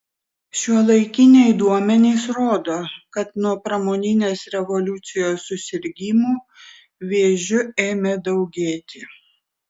šiuolaikiniai duomenys rodo kad nuo pramoninės revoliucijos susirgimų vėžiu ėmė daugėti